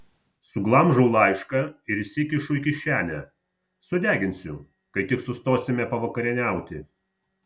suglamžau laišką ir įsikišu į kišenę sudeginsiu kai tik sustosime pavakarieniauti